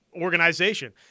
organization